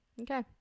Okay